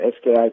SKI